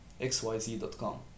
xyz.com